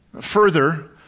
Further